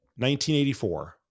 1984